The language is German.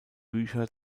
bücher